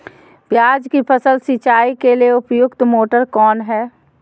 प्याज की फसल सिंचाई के लिए उपयुक्त मोटर कौन है?